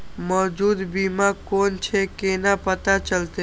मौजूद बीमा कोन छे केना पता चलते?